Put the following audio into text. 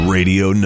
Radio